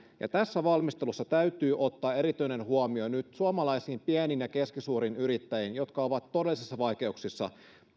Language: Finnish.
ja tässä valmistelussa täytyy kiinnittää erityinen huomio nyt suomalaisiin pieniin ja keskisuuriin yrittäjiin jotka ovat todellisissa vaikeuksissa